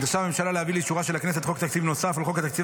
נדרשה הממשלה להביא לאישורה של הכנסת חוק תקציב נוסף על חוק התקציב